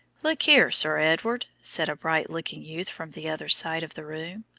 look here, sir edward, said a bright looking youth from the other side of the room,